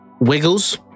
Wiggles